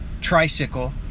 tricycle